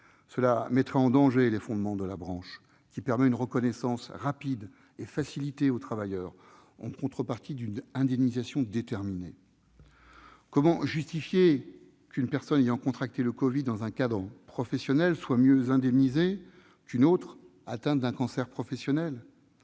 Cela mettrait en danger les fondements de la branche, qui permet une reconnaissance rapide et facilitée aux travailleurs en contrepartie d'une indemnisation déterminée. Comment justifier qu'une personne ayant contracté le Covid dans un cadre professionnel soit mieux indemnisée qu'une autre atteinte d'un cancer professionnel ?